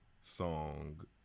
song